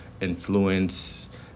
influence